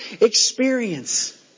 experience